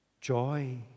joy